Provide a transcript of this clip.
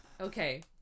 Okay